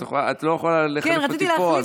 את לא יכולה להחליף אותי פה,